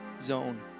zone